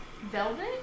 Velvet